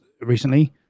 recently